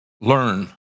learn